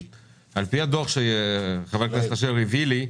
על פי הדוח שחבר הכנסת אשר הביא לי,